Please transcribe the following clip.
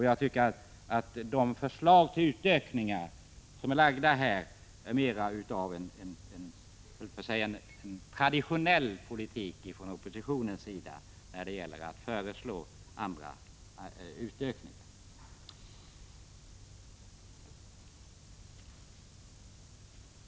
Jag tycker att de förslag till utökningar som här har lagts fram är utslag av — höll jag på att säga — en traditionell politik från oppositionens sida när det gäller att föreslå utökningar.